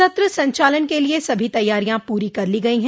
सत्र संचालन के लिये सभी तैयारियां पूरी कर ली गई हैं